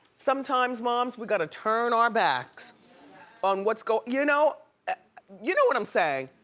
sometimes, moms, we gotta turn our backs on what's go, you know you know what i'm saying,